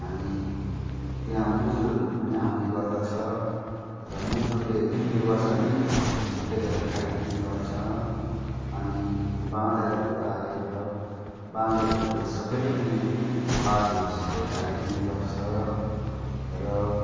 हामी त्यहाँ मुजुरहरू पनि आउने गर्दछ र मुजुरले बिरुवासँगै उखेलेर खाइदिने गर्छ अनि बाँदरहरू आएर बाँदरहरूले सबै नै पातहरू सबै खाइदिने गर्छ र